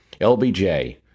LBJ